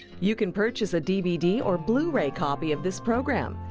you can purchase a dvd or blu-ray copy of this program.